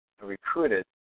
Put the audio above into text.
recruited